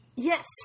Yes